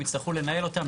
הם יצטרכו לנהל אותם,